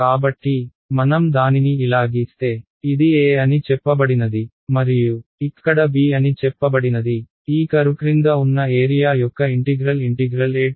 కాబట్టి మనం దానిని ఇలా గీస్తే ఇది a అని చెప్పబడినది మరియు ఇక్కడ b అని చెప్పబడినది ఈ కర్వ్ క్రింద ఉన్న ఏరియా యొక్క ఇంటిగ్రల్ abfdx